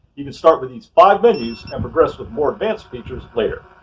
you can start with these five menus and progress with more advanced features later.